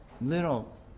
little